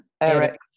Eric